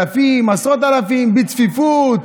אלפים, עשרות אלפים, בצפיפות,